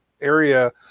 area